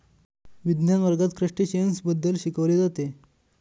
विज्ञान वर्गात क्रस्टेशियन्स बद्दल शिकविले